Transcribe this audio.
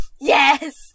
Yes